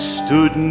stood